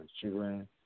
children